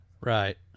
right